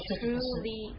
truly